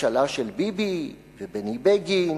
ממשלה של ביבי ובני בגין